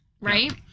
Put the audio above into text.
right